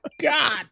God